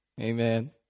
Amen